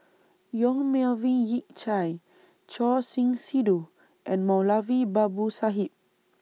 Yong Melvin Yik Chye Choor Singh Sidhu and Moulavi Babu Sahib